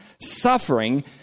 suffering